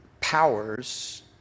powers